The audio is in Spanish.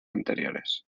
anteriores